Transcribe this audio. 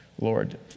Lord